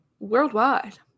worldwide